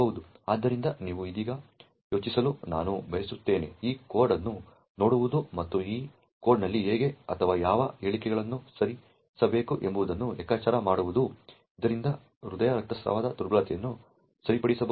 ಆದ್ದರಿಂದ ನೀವು ಇದೀಗ ಯೋಚಿಸಲು ನಾನು ಬಯಸುತ್ತೇನೆ ಈ ಕೋಡ್ ಅನ್ನು ನೋಡುವುದು ಮತ್ತು ಈ ಕೋಡ್ನಲ್ಲಿ ಹೇಗೆ ಅಥವಾ ಯಾವ ಹೇಳಿಕೆಗಳನ್ನು ಸೇರಿಸಬೇಕು ಎಂಬುದನ್ನು ಲೆಕ್ಕಾಚಾರ ಮಾಡುವುದು ಇದರಿಂದ ಹೃದಯ ರಕ್ತಸ್ರಾವದ ದುರ್ಬಲತೆಯನ್ನು ಸರಿಪಡಿಸಬಹುದು